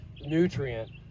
nutrient